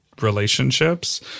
relationships